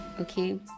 okay